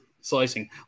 slicing